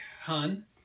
hun